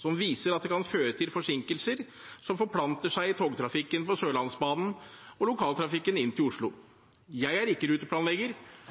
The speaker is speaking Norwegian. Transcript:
som viser at det kan føre til forsinkelser som forplanter seg til togtrafikken på Sørlandsbanen og lokaltrafikken inn til Oslo. Jeg er ikke ruteplanlegger